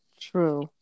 true